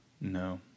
No